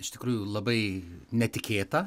iš tikrųjų labai netikėta